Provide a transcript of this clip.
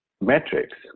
metrics